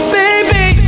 baby